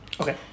Okay